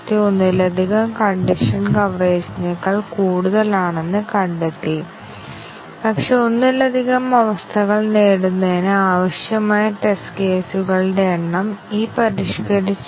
അതേസമയം multiple condition കവറേജിൽ ഘടക വ്യവസ്ഥകൾക്കിടയിൽ സാധ്യമായ എല്ലാ കോമ്പിനേഷനുകളും ഉറപ്പാക്കണമെന്ന് ഞങ്ങൾ ആവശ്യപ്പെടുന്നു അതിനാൽ നിങ്ങൾ ഒന്നിലധികം കണ്ടീഷൻ കവറേജ് ചെയ്യുന്നുവെങ്കിൽ അടിസ്ഥാനപരമായ കവറേജ് തീരുമാന കവറേജ് അല്ലെങ്കിൽ സ്റ്റേറ്റ്മെന്റ് കവറേജ് ഇവയൊന്നും ഞങ്ങൾ ചെയ്യേണ്ടതില്ല